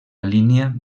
línia